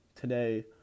today